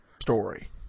story